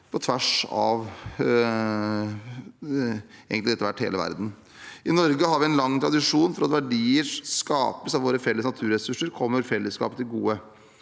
på tvers av hele verden etter hvert. I Norge har vi en lang tradisjon for at verdier som skapes av våre felles naturressurser, kommer fellesskapet til gode.